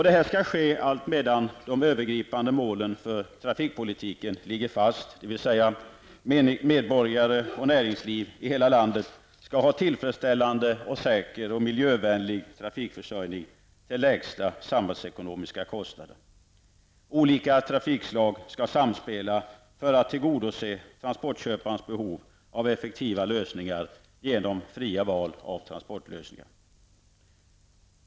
Detta skall ske alltmedan de övergripande målen för trafikpolitiken ligger fast, dvs. medborgare och näringsliv i hela landet skall ha en tillfredsställande, säker och miljövänlig trafikförsörjning till lägsta samhällsekonomiska kostnader. Olika trafikslag skall samspela för att tillgodose transportköparens behov genom fria val av effektiva lösningar.